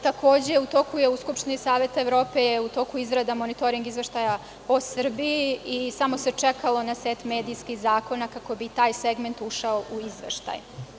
Takođe, u Skupštini Saveta Evrope je u toku izrada monitoring izveštaja o Srbiji i samo se čekalo na set medijskih zakona kako bi taj segment ušao u izveštaj.